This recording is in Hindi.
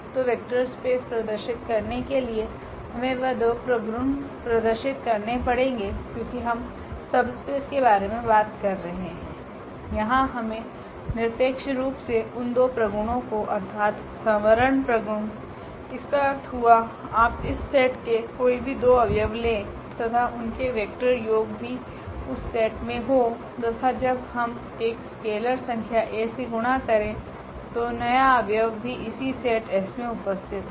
तो वेक्टर स्पेस प्रदर्शित करने के लिए हमे वह दो प्रगुण प्रदर्शित करने पड़ेगे क्योकि हम सबस्पेस के बारे मे बात कर रहे है यहाँ हमे निरपेक्षरूप से उन दो प्रगुणों को अर्थात संवरण प्रगुण इसका अर्थ हुआ आप इस सेट के कोई भी दो अव्यव ले तथा उनके वेक्टर योग भी उसे सेट मे हो तथा जब हम एक स्केलर संख्या a से गुणा करे तो नया अव्यव भी इसी सेट S मे उपस्थित हो